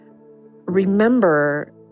remember